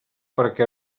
perquè